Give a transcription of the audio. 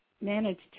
managed